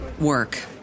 work